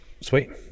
Sweet